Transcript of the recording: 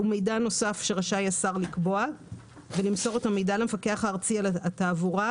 ומידע נוסף שרשאי השר לקבוע ולמסור את המידע למפקח הארצי על התעבורה,